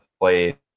played